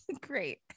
Great